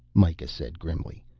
mikah said grimly.